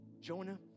Jonah